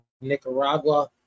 Nicaragua